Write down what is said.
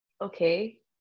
okay